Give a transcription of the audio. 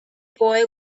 boy